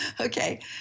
Okay